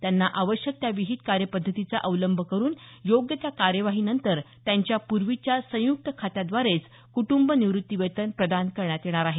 त्यांना आवश्यक त्या विहित कार्यपद्धतीचा अवलंब करून योग्य त्या कार्यवाहीनंतर त्यांच्या पूर्वीच्या संयुक्त खात्याद्वारेच कुटंब निवृत्तीवेतन प्रदान करण्यात येणार आहे